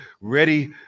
ready